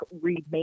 remake